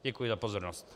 Děkuji za pozornost.